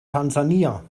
tansania